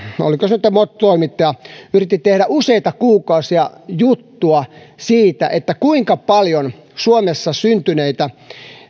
oliko se nyt mot toimittaja yritti tehdä useita kuukausia juttua siitä kuinka paljon suomessa syntyneitä